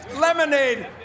Lemonade